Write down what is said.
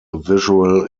visual